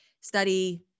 study